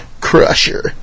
Crusher